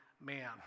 man